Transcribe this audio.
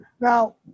now